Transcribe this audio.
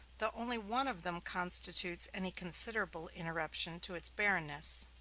though only one of them constitutes any considerable interruption to its barrenness.